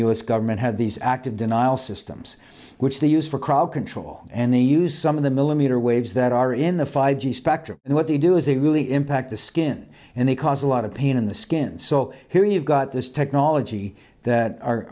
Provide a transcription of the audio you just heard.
us government had these active denial system which they used for crowd control and they use some of the millimeter waves that are in the five g spectrum and what they do is they really impact the skin and they cause a lot of pain in the skin so here you've got this technology that our